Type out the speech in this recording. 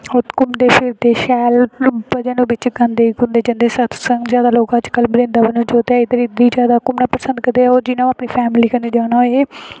घूमदे फिरदे शैल मतलब भजन गांदे घूमने गी जंदे सत्संग जादा लोग अज्जकल वृंदावन लोग इद्धर गै जादा घूमना पसंद करदे होर जि'नें अपनी फैमली कन्नै जाना होऐ